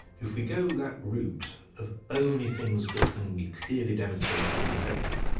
if we go that route of only things that can be clearly demonstrated to be effective,